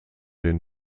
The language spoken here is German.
den